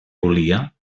volia